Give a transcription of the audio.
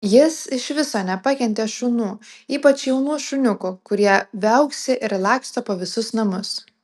jis iš viso nepakentė šunų ypač jaunų šuniukų kurie viauksi ir laksto po visus namus